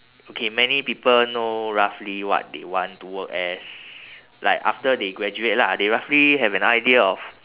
okay many people know roughly what they want to work as like after they graduate lah they roughly have an idea of